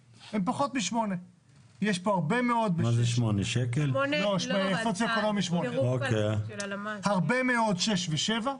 8. הרבה מאוד 6 ו-7.